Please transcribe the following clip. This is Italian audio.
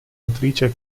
autrice